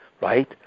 right